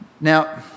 Now